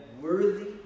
worthy